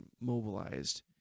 mobilized